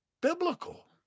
biblical